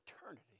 eternity